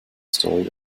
stories